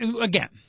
again